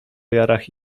jarach